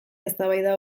eztabaida